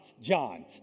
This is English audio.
John